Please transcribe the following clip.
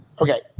Okay